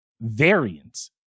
variants